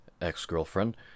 ex-girlfriend